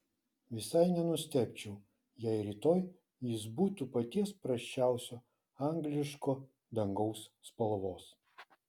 visai nenustebčiau jei rytoj jis būtų paties prasčiausio angliško dangaus spalvos